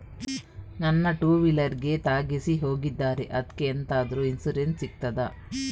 ನನ್ನ ಟೂವೀಲರ್ ಗೆ ತಾಗಿಸಿ ಹೋಗಿದ್ದಾರೆ ಅದ್ಕೆ ಎಂತಾದ್ರು ಇನ್ಸೂರೆನ್ಸ್ ಸಿಗ್ತದ?